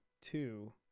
two